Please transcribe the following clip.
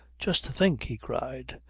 just think! he cried.